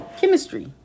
chemistry